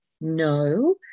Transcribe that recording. no